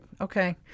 Okay